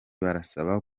barasaba